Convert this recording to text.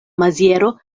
maziero